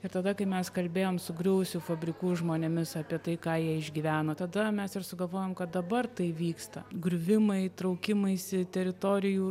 ir tada kai mes kalbėjom su griuvusių fabrikų žmonėmis apie tai ką jie išgyveno tada mes ir sugalvojom kad dabar tai vyksta griuvimai traukimaisi teritorijų